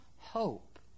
hope